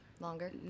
longer